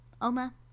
Oma